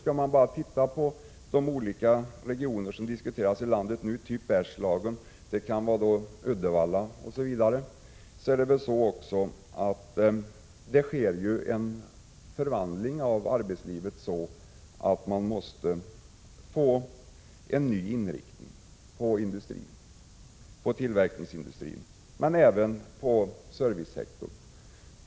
Om man tittar på en del av de regioner som nu diskuteras, typ Bergslagen, Uddevalla osv., finner man att där sker en sådan förvandling av arbetslivet att tillverkningsindustrin måste få en ny inriktning. Detta gäller även inom servicesektorn.